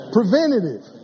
Preventative